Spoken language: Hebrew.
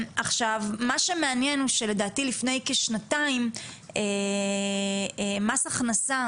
מה שמעניין הוא שלדעתי לפני כשנתיים מס הכנסה